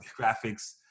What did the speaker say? graphics